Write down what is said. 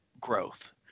growth –